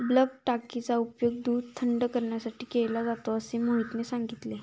bulk टाकीचा उपयोग दूध थंड करण्यासाठी केला जातो असे मोहितने सांगितले